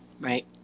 Right